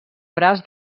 braç